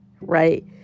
right